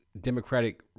Democratic